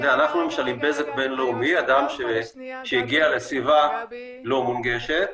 למשל עם בזק בינלאומי, אדם שהגיע לסביבה לא מונגשת